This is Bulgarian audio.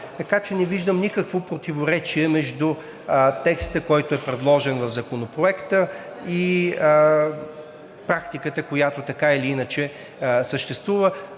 Така че не виждам никакво противоречие между текста, който е предложен в Законопроекта, и практиката, която така или иначе съществува.